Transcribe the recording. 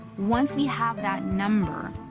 once we have that number,